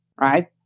right